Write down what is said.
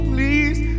Please